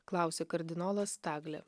klausė kardinolas taglė